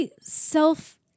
self